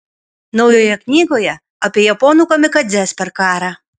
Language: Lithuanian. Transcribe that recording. naujoje knygoje apie japonų kamikadzes per karą